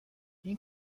این